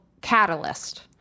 catalyst